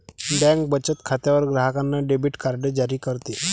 bank बचत खात्यावर ग्राहकांना डेबिट कार्ड जारी करते